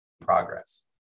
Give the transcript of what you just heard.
progress